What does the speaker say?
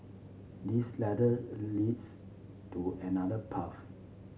this ladder leads to another path